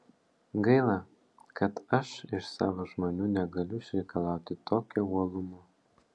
gaila kad aš iš savo žmonių negaliu išreikalauti tokio uolumo